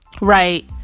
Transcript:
Right